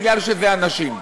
מפני שאלה אנשים.